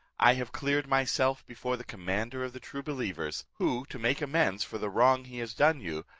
i have cleared myself before the commander of the true believers, who, to make amends for the wrong he has done you,